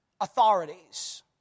authorities